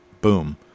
boom